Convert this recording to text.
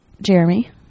Jeremy